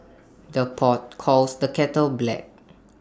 the pot calls the kettle black